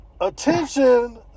attention